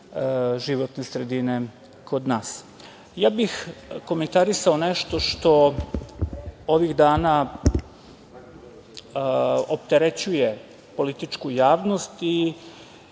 životne sredine kod nas. Komentarisao bih nešto što ovih dana opterećuje političku javnost i